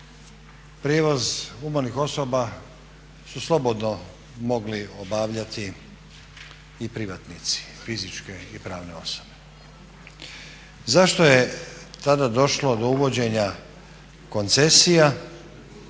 prijevoz umrlih osoba su slobodno mogli obavljati i privatnici, fizičke i pravne osobe. Zašto je tada došlo do uvođenja koncesija